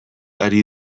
ari